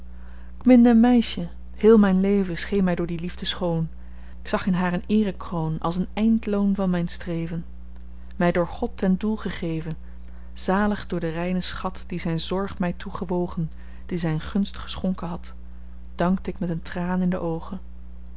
een meisje heel myn leven scheen my door die liefde schoon k zag in haar een eerekroon als een eindloon van myn streven my door god ten doel gegeven zalig door den reinen schat die zyn zorg my toegewogen die zyn gunst geschonken had dankte ik met een traan in de oogen